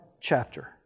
chapter